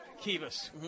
Kivas